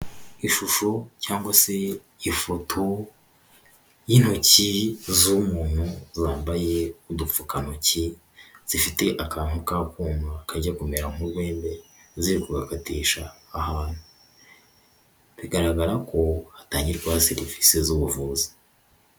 Ishusho cyangwa se ifoto y'intoki z'umuntu zambaye udupfukantoki, zifite akantu k'akuma kajya kumera nk'urwembe ziri kugakatisha ahantu, bigaragara ko hatangirwa serivisi z'ubuvuzi.